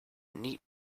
neat